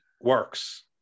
works